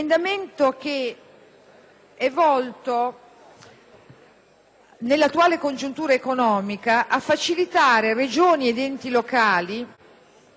nell'attuale congiuntura economica, a facilitare Regioni ed enti locali, piuttosto che a comprimerli, nella gestione dei loro debiti finanziari.